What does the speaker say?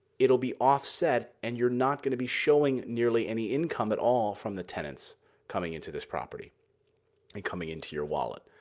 it'll be offset, and you're not going to be showing nearly any income at all from the tenants coming into this property and coming into your wallet.